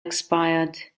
expired